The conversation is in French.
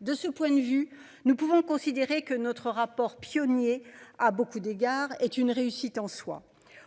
De ce point de vue, nous pouvons considérer que notre rapport pionniers à beaucoup d'égards est une réussite en soi.